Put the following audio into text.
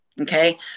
Okay